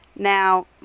now